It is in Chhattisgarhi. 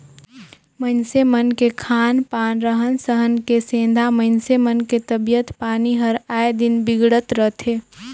मइनसे मन के खान पान, रहन सहन के सेंधा मइनसे मन के तबियत पानी हर आय दिन बिगड़त रथे